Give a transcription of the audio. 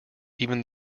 even